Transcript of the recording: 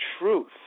truth